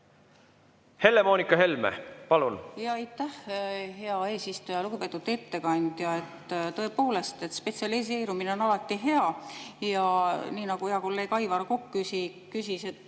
Helle-Moonika Helme, palun! Aitäh, hea eesistuja! Lugupeetud ettekandja! Tõepoolest, spetsialiseerumine on alati hea. Nii nagu hea kolleeg Aivar Kokk küsis, et